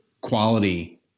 quality